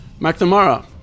McNamara